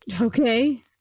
okay